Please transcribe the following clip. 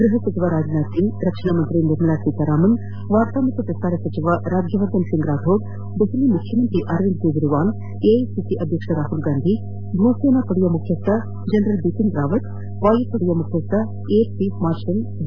ಗೃಪ ಸಚಿವ ರಾಜನಾಥ್ ಸಿಂಗ್ ರಕ್ಷಣಾ ಸಚಿವೆ ನಿರ್ಮಲಾ ಸೀತಾರಾಮನ್ ವಾರ್ತಾ ಮತ್ತು ಪ್ರಸಾರ ಸಚಿವ ರಾಜ್ಯವರ್ಧನ್ ರಾಥೋಡ್ ದೆಹಲಿ ಮುಖ್ಯಮಂತ್ರಿ ಅರವಿಂದ್ ಕ್ರೇಜವಾಲ್ ಎಐಸಿಸಿ ಅಧ್ಯಕ್ಷ ರಾಹುಲ್ ಗಾಂಧಿ ಭೂಸೇನಾಪಡೆ ಮುಖ್ಯಕ್ಷ ಜನರಲ್ ಬಿಪಿನ್ ರಾವತ್ ವಾಯುಪಡೆ ಮುಖ್ಯಸ್ವ ಏರ್ಚೀಫ್ ಮಾರ್ಷಲ್ ಬಿ